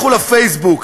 לכו לפייסבוק,